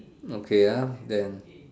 okay ah then